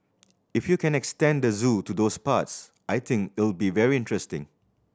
if you can extend the zoo to those parts I think it'll be very interesting